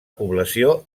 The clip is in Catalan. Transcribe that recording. població